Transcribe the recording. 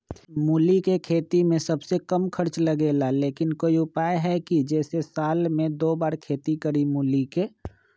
मूली के खेती में सबसे कम खर्च लगेला लेकिन कोई उपाय है कि जेसे साल में दो बार खेती करी मूली के?